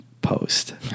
post